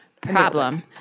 problem